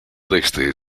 desde